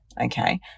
Okay